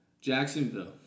Jacksonville